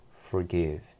Forgive